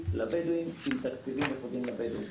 לבדואים עם תקציבים ייחודיים לבדואים.